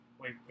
Wait